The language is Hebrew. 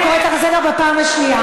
אני קוראת אותך לסדר בפעם השנייה.